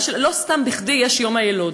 לא סתם, לא בכדי, יש יום היילוד.